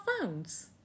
phones